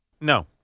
No